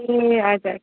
ए हजुर